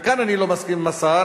וכאן אני לא מסכים עם השר,